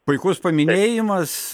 puikus paminėjimas